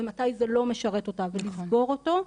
ומתי זה לא משרת אותה ולסגור אותו.